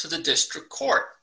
to the district court